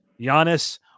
Giannis